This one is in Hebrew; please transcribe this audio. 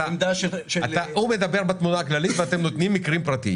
אם לקרן נדל"ן יש פעילות עסקית בהגדרת המיסוי שלה כישות,